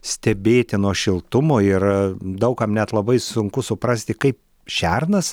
stebėtino šiltumo ir daug kam net labai sunku suprasti kaip šernas